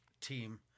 team